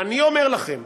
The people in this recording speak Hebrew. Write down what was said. ואני אומר לכם,